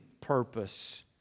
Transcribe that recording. purpose